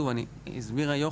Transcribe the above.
גם כוכי הסבירה,